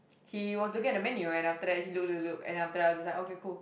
he was looking at the menu then after that he look look look and then after that I was just like okay cool